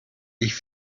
ich